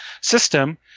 system